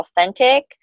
authentic